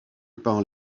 par